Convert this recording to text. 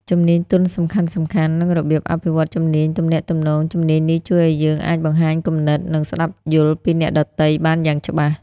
ជំនាញទន់សំខាន់ៗ និងរបៀបអភិវឌ្ឍន៍ជំនាញទំនាក់ទំនងជំនាញនេះជួយឲ្យយើងអាចបង្ហាញគំនិត និងស្តាប់យល់ពីអ្នកដទៃបានយ៉ាងច្បាស់។